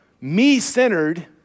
me-centered